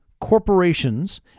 corporations